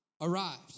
arrived